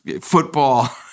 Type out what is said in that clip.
football